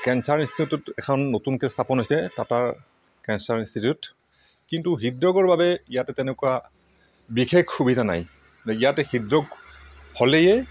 cancer institute এখন নতুনকৈ স্থাপন হৈছে টাটাৰ কেন্সাৰ ইনষ্টিটিউট কিন্তু হৃদৰোগৰ বাবে ইয়াতে তেনেকুৱা বিশেষ সুবিধা নাই ইয়াতে হৃদৰোগ হ'লেএ